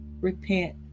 repent